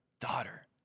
daughter